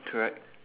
correct